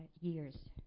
years